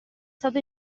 stato